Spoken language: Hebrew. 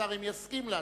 אם יסכים להצעה.